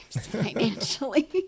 financially